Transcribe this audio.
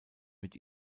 mit